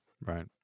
right